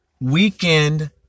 weekend